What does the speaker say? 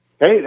Hey